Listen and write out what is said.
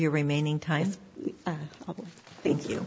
your remaining ties thank you